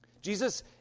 Jesus